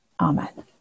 Amen